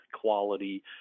quality